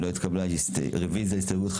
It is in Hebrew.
הצבעה הרוויזיה לא נתקבלה הרוויזיה לא התקבלה.